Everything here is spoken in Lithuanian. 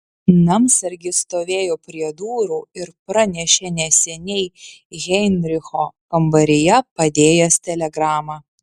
namsargis stovėjo prie durų ir pranešė neseniai heinricho kambaryje padėjęs telegramą